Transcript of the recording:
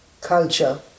culture